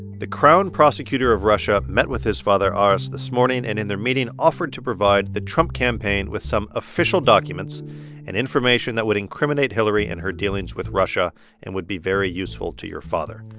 the crown prosecutor of russia met with his father aras this morning and in their meeting offered to provide the trump campaign with some official documents and information that would incriminate hillary in her dealings with russia and would be very useful to your father.